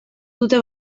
dute